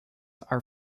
are